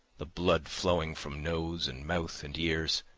the blood flowing from nose and mouth and ears,